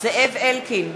זאב אלקין,